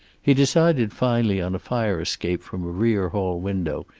he decided finally on a fire-escape from a rear hall window,